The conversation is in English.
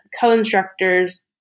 co-instructors